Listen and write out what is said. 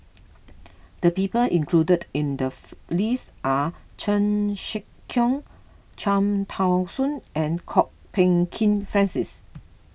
the people included in the list are Chan Sek Keong Cham Tao Soon and Kwok Peng Kin Francis